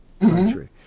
country